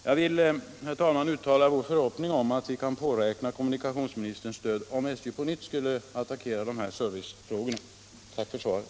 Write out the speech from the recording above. Jag vill, herr talman, uttala en förhoppning om att vi kan påräkna kommunikationsministerns stöd, om SJ på nytt skulle attackera de här servicefrågorna. Tack för svaret!